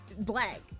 black